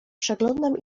przeglądam